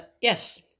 yes